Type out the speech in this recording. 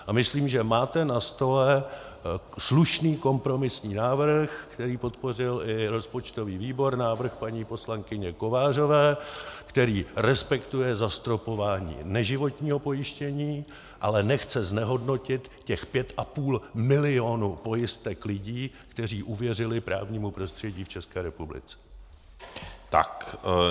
A myslím, že máte na stole slušný kompromisní návrh, který podpořil i rozpočtový výbor, návrh paní poslankyně Kovářové, který respektuje zastropování neživotního pojištění, ale nechce znehodnotit těch 5,5 milionu pojistek lidí, kteří uvěřili právnímu prostředí v ČR.